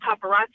paparazzi